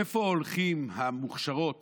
לאן הולכות המוכשרות